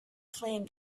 flame